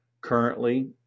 Currently